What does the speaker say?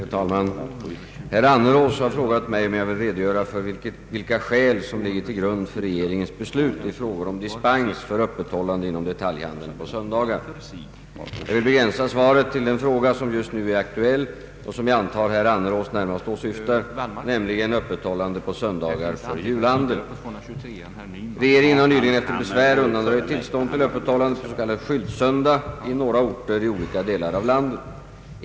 Herr talman! Herr Annerås har frågat mig om jag vill redogöra för vilka skäl som ligger till grund för regeringens beslut i frågor om dispens för öppethållande inom detaljhandeln på söndagar. Jag vill begränsa svaret till den fråga som just nu är aktuell och som jag antar herr Annerås närmast åsyftar, nämligen öppethållande på söndagar för julhandel. Regeringen har nyligen efter besvär undanröjt tillstånd till öppethållande på s.k. skyltsöndag i några orter i olika delar av landet.